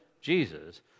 Jesus